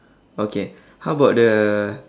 okay how about the